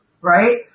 right